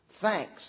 thanks